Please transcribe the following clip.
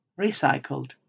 recycled